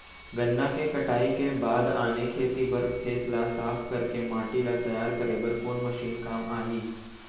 गन्ना के कटाई के बाद आने खेती बर खेत ला साफ कर के माटी ला तैयार करे बर कोन मशीन काम आही?